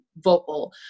vocal